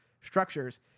structures